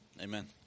Amen